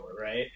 right